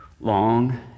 long